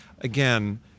again